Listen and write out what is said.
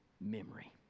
memory